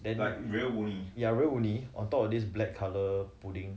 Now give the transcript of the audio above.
then ya real woomi on top of this black colour pudding